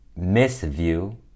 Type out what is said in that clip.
misview